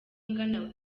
angana